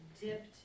dipped